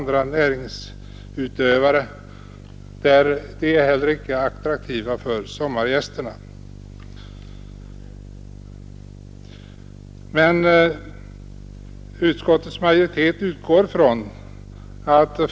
Där gäller det väl i första hand att plantera igen dessa marker med skog eller använda dem på annat sätt.